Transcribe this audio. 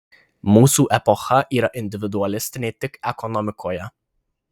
mūsų epocha yra individualistinė tik ekonomikoje